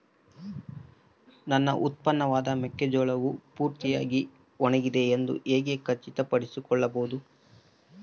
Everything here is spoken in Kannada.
ನನ್ನ ಉತ್ಪನ್ನವಾದ ಮೆಕ್ಕೆಜೋಳವು ಪೂರ್ತಿಯಾಗಿ ಒಣಗಿದೆ ಎಂದು ಹೇಗೆ ಖಚಿತಪಡಿಸಿಕೊಳ್ಳಬಹುದು?